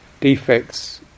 defects